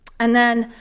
and then,